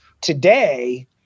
Today